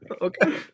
Okay